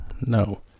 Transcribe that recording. no